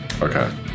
Okay